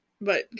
But-